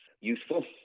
useful